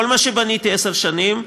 כל מה שבניתי עשר שנים,